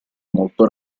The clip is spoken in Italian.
molto